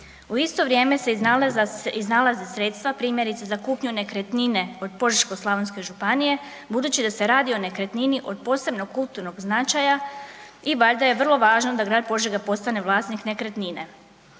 U isto vrijeme iznalaze sredstva primjerice za kupnju nekretnine od Požeško-slavonske županije budući da se radi o nekretnini od posebno kulturnog značaja i valjda je vrlo važno da grad Požega postane vlasnik nekretnine.